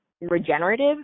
regenerative